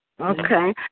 Okay